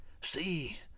see